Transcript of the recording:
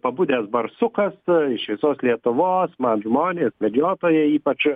pabudęs barsukas iš visos lietuvos man žmonės medžiotojai ypač